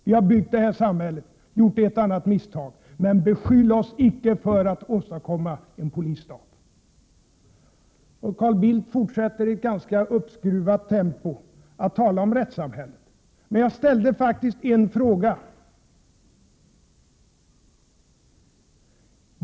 Vi har byggt det här samhället och gjort ett och annat misstag, men beskyll oss icke för att åstadkomma en Prot. 1987/88:137 polisstat! 9 juni 1988 2 Carl Bildt fortsätter i ganska uppskruvat tempo att tala om rättssam Den ekonomiska poll: Men jag ställde faktiskt en fråga.